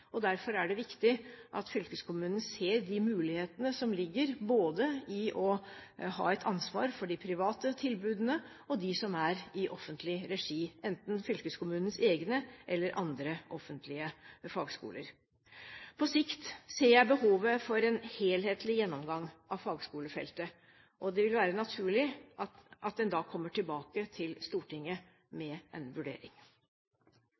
og derfor er det viktig at fylkeskommunen ser de mulighetene som ligger både i å ha et ansvar for de private tilbudene og for dem som er i offentlig regi, enten fylkeskommunenes egne eller andre offentlige fagskoler. På sikt ser jeg behovet for en helhetlig gjennomgang av fagskolefeltet, og det vil være naturlig at en da kommer tilbake til Stortinget